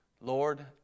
Lord